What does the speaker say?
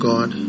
God